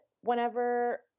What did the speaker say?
whenever